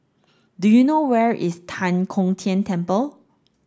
do you know where is Tan Kong Tian Temple